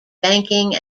banking